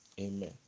amen